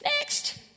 next